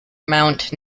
mount